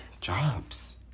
jobs